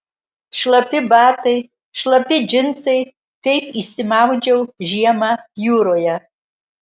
šlapi batai šlapi džinsai taip išsimaudžiau žiemą jūroje